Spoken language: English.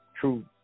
true